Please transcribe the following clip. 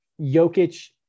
Jokic